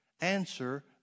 answer